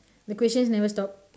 the questions never stop